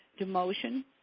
Demotion